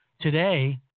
today